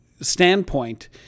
standpoint